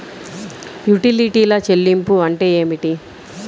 యుటిలిటీల చెల్లింపు అంటే ఏమిటి?